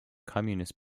communist